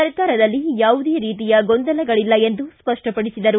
ಸರ್ಕಾರದಲ್ಲಿ ಯಾವುದೇ ರೀತಿಯ ಗೊಂದಲಗಳಿಲ್ಲ ಎಂದು ಸ್ಪಷ್ಟಪಡಿಸಿದರು